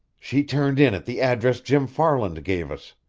she turned in at the address jim farland gave us,